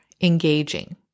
engaging